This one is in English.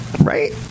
Right